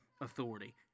authority